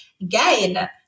again